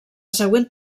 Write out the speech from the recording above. següent